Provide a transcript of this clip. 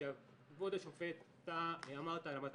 הפנסיה של ההורים שלי.